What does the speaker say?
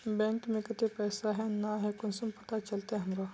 Bank में केते पैसा है ना है कुंसम पता चलते हमरा?